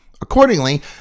Accordingly